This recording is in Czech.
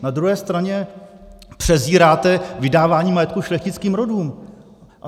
Na druhé straně přezíráte vydávání majetku šlechtickým rodům.